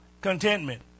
contentment